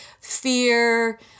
fear